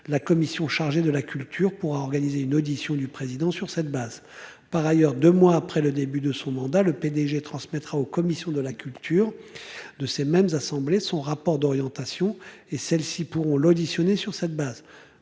la commission chargée de la culture pour organiser une audition du président sur cette base. Par ailleurs, 2 mois après le début de son mandat, le PDG transmettra aux commissions de la culture de ces mêmes assemblées son rapport d'orientation et celles-ci pourront l'auditionner sur cette base,